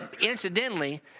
incidentally